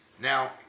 Now